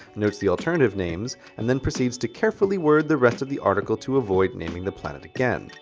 notes the alternative names and then proceeds to carefully word the rest of the artikel to avoid naming the planet again.